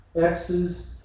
X's